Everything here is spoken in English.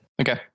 Okay